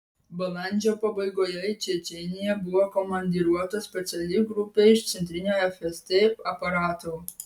balandžio pabaigoje į čečėniją buvo komandiruota speciali grupė iš centrinio fst aparato